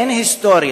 אין היסטוריה.